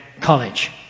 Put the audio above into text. College